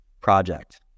project